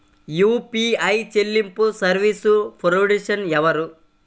UPI చెల్లింపు service provider ఎవరు?